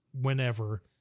whenever